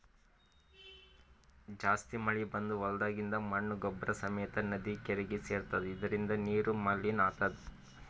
ಜಾಸ್ತಿ ಮಳಿ ಬಂದ್ ಹೊಲ್ದಾಗಿಂದ್ ಮಣ್ಣ್ ಗೊಬ್ಬರ್ ಸಮೇತ್ ನದಿ ಕೆರೀಗಿ ಸೇರ್ತವ್ ಇದರಿಂದ ನೀರು ಮಲಿನ್ ಆತದ್